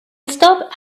stop